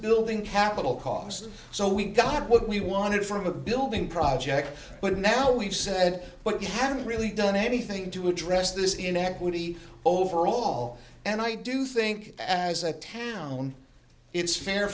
building capital costs so we got what we wanted from a building project but now we've said but you haven't really done anything to address this inequity overall and i do think as a town it's fair